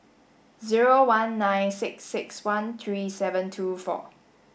zero one nine six six one three seven two four